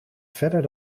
verder